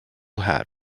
hat